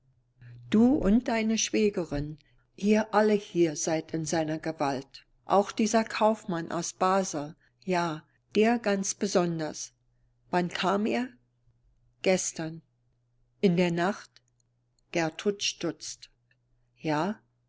du und deine schwägerin ihr alle hier seid in seiner gewalt auch dieser kaufmann aus basel ja der ganz besonders wann kam er gestern in der nacht gertrud stutzt ja